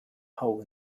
hole